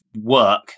work